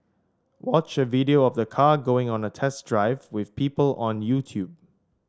watch a video of the car going on a test drive with people on YouTube